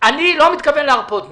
אני לא מתכוון להרפות מזה.